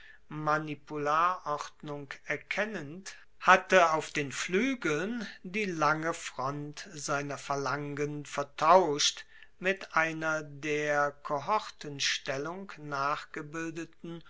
manipularordnung erkennend hatte auf den fluegeln die lange front seiner phalangen vertauscht mit einer der kohortenstellung nachgebildeten